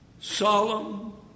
Solemn